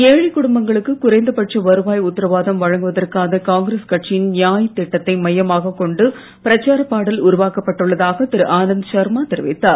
ஏழைக் குடும்பங்களுக்கு குறைந்தபட்ச வருவாய் உத்தரவாதம் வழங்குவதற்கான காங்கிரஸ் கட்சியின் நியாய் திட்டத்தை மையமாகக் கொண்டு பிரச்சாரப் பாடல் உருவாக்கப் பட்டுள்ளதாக திரு ஆனந்த் ஷர்மா தெரிவித்தார்